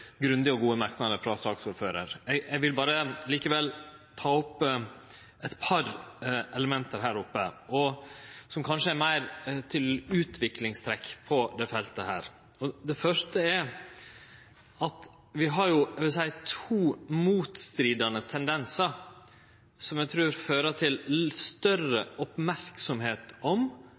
grundige og gode merknader frå saksordføraren. Eg vil likevel ta opp eit par element, som kanskje meir gjeld utviklingstrekk på dette feltet. Det første er at vi har, vil eg seie, to motstridande tendensar som eg trur fører til større merksemd og kanskje meir konfliktfylte debattar om